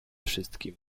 wszystkim